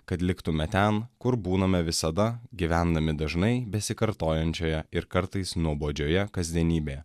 kad liktume ten kur būname visada gyvendami dažnai besikartojančioje ir kartais nuobodžioje kasdienybėje